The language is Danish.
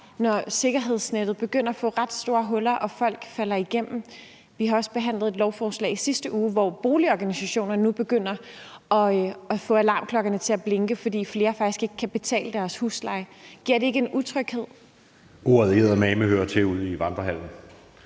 at sikkerhedsnettet begynder at få ret store huller og folk falder igennem? Vi har også behandlet et lovforslag i sidste uge, og nu begynder boligorganisationer at ringe med alarmklokkerne, fordi flere faktisk ikke kan betale deres husleje. Giver det ikke en utryghed? Kl. 11:06 Anden næstformand